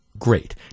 Great